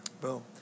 Boom